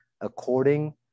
according